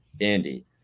andy